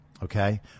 Okay